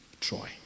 Troy